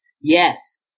Yes